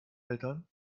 eltern